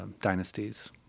dynasties